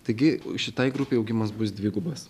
taigi šitai grupei augimas bus dvigubas